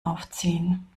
aufziehen